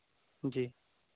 जी